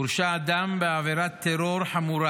הורשע אדם בעבירת טרור חמורה